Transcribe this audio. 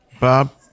Bob